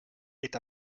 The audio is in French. est